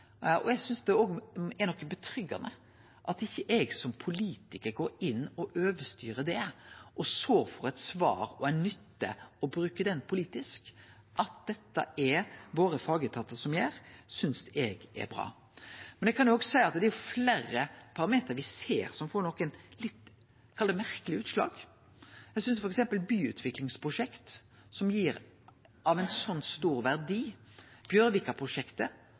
og eg synest òg det er noko trygt over at ikkje eg som politikar går inn og overstyrer det, og så får eit svar og ei nytte av å bruke det politisk. At det er fagetatane våre som gjer dette, synest eg er bra. Men eg kan jo òg seie at det er fleire parametrar me ser som gir det me kan kalle litt merkelege utslag, f.eks. i samband med byutviklingsprosjekt som gir ein så stor verdi.